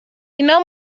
اینا